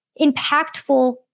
impactful